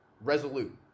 resolute